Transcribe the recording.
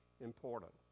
important